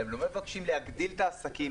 הם לא מבקשים להגדיל את העסקים.